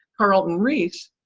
carlton reece,